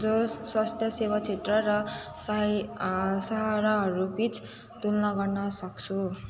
जो स्वास्थ्य सेवा क्षेत्र र सहरी सहरहरूबिच तुलना गर्नसक्छु